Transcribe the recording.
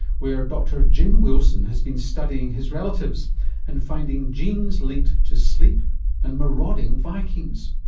where dr jim wilson has been studying his relatives and finding genes linked to sleep and marauding vikings.